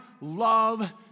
love